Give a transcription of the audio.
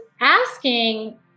asking